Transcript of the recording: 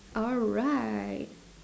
alright